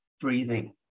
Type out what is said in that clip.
breathing